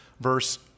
verse